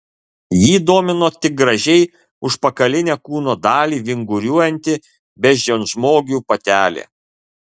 jį domino tik gražiai užpakalinę kūno dalį vinguriuojanti beždžionžmogių patelė